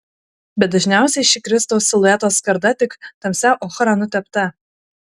bet dažniausiai ši kristaus silueto skarda tik tamsia ochra nutepta